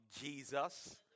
Jesus